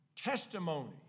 testimony